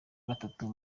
gatatu